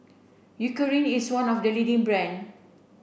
Eucerin is one of the leading brand